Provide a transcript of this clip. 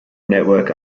network